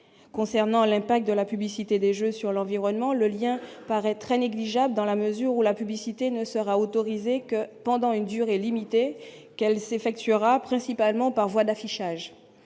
concernant l'impact de la publicité des jeux sur l'environnement, le lien paraît négligeable dans la mesure où la publicité ne sera autorisée que pendant une durée limitée, qu'elle s'effectuera principalement par voie d'affichage